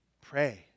Pray